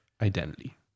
identity